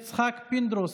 חבר הכנסת יצחק פינדרוס,